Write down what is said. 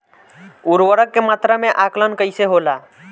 उर्वरक के मात्रा में आकलन कईसे होला?